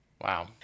Wow